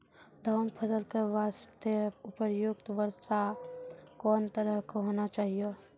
धान फसल के बास्ते उपयुक्त वर्षा कोन तरह के होना चाहियो?